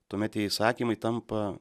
tuomet tie įsakymai tampa